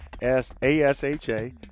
S-A-S-H-A